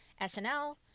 SNL